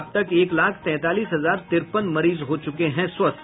अब तक एक लाख तैंतालीस हजार तिरपन मरीज हो चुके हैं स्वस्थ